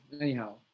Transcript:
anyhow